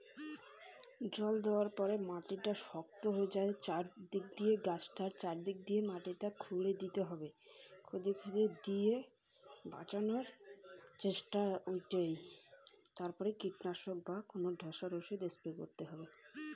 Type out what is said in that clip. জল দেওয়ার পরে কিছু কিছু গাছ বাড়ছে না এর থেকে বাঁচার উপাদান কী?